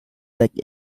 like